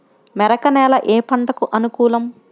మెరక నేల ఏ పంటకు అనుకూలం?